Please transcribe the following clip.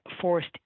forced